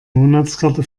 monatskarte